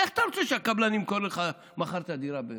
איך אתה רוצה שהקבלן ימכור לך מחר את הדירה?